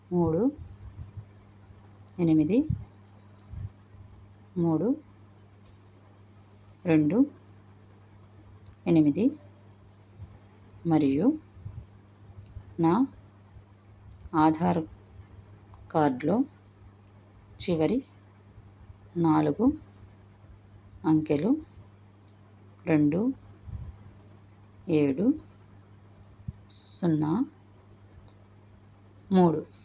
మూడు ఎనిమిది మూడు రెండు ఎనిమిది మరియు నా ఆధారు కార్డ్లో చివరి నాలుగు అంకెలు రెండు ఏడు సున్నా మూడు